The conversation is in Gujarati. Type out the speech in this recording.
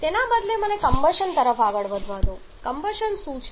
તેના બદલે મને કમ્બશન તરફ આગળ વધવા દો કમ્બશન શું છે